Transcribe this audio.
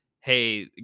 Hey